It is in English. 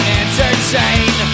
entertain